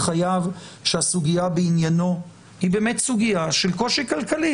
חייב שהסוגיה בעניינו היא באמת סוגיה של קושי כלכלי,